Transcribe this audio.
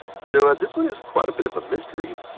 so, ah this one is quite a bit of a mystery.